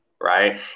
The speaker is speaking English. Right